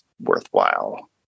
worthwhile